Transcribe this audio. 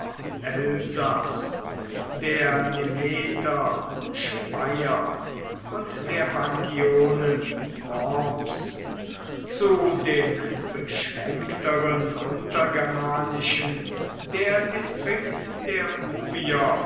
elsaß der nemeter speyer und der vangionen worms zu dem beschränkteren untergermanischen der distrikt der ubier